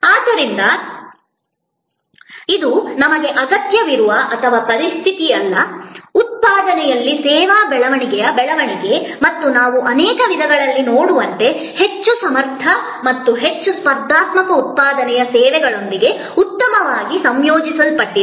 ಆದ್ದರಿಂದ ಇದು ನಮಗೆ ಅಗತ್ಯವಿರುವ ಅಥವಾ ಪರಿಸ್ಥಿತಿಯಲ್ಲ ಉತ್ಪಾದನೆಯಲ್ಲಿ ಸೇವಾ ಬೆಳವಣಿಗೆಯ ಬೆಳವಣಿಗೆ ಮತ್ತು ನಾವು ಅನೇಕ ವಿಧಗಳಲ್ಲಿ ನೋಡುವಂತೆ ಹೆಚ್ಚು ಸಮರ್ಥ ಮತ್ತು ಹೆಚ್ಚು ಸ್ಪರ್ಧಾತ್ಮಕ ಉತ್ಪಾದನೆಯು ಸೇವೆಗಳೊಂದಿಗೆ ಉತ್ತಮವಾಗಿ ಸಂಯೋಜಿಸಲ್ಪಟ್ಟಿದೆ